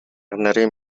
нарын